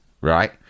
right